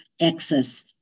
access